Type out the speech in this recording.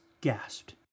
gasped